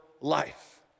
life